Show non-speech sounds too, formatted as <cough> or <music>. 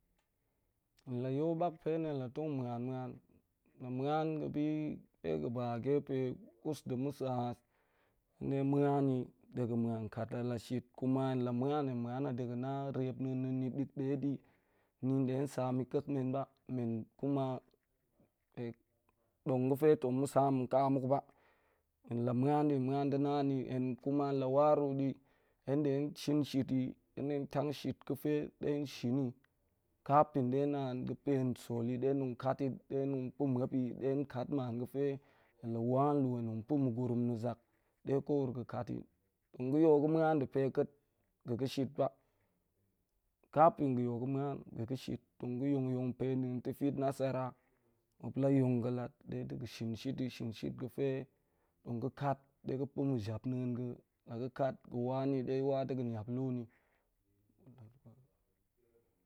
La yol bak pe na ̱la tong muan muan, ta̱ng muan ga̱ bi de ga̱ ba gape kus ɗe mu sa̱ haas, hen ɗe muan ni de ga̱ kat a la shit, kuma la muan hen mwan a ɗe ga̱n na repna̱a̱n na̱ dik ɗe di nin ɗe sam yi ka̱k men ba, men <hesitation> dong ga fe tong mu sam ka muk ba. Hen la muan di muan ɗe na ni no kma la waru di, henɗe shin shit yi, hen ɗe tang shit ta̱ ɗe shin yi, kapin ɗe naan ga̱ pen sotyi ɗe tong kat ti, ɗe tong pa̱ muap yi, de kal man ga̱fe hen la wa lu hen pa̱ muguni na zak ɗe ko wura ga̱ kat ta. Tong ga̱ yol ga̱ muan nɗe pe ka̱t ga̱ ga̱ kat ta̱. Tong ga̱ yol ga̱ muan nɗe pe ka̱t ga̱ ga̱ shit ba ka pin ga̱ yol ga̱ muan ga̱ ga̱ shit tong ga̱ yong yong pe da̱a̱n tifit nasara muap la yong ga̱ lat ɗe ga̱ shin shit ta̱ shin shit ga̱fe tong ga̱ kaf, ɗe ga̱ pa̱ ma̱japna̱a̱n ga̱, la ga̱ katga̱ wa ni ɗe wa ɗe ga̱ map lu ni